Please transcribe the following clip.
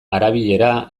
arabiera